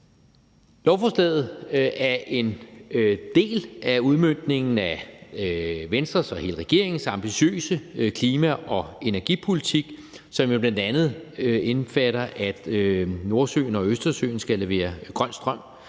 Lovforslaget er en del af udmøntningen af Venstres og hele regeringens ambitiøse klima- og energipolitik, som jo bl.a. indbefatter, at Nordsøen og Østersøen skal levere grøn strøm